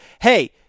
hey